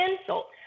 insult